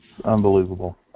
unbelievable